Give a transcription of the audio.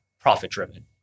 profit-driven